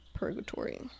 purgatory